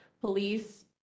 police